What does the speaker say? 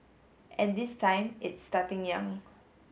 and this time it's starting young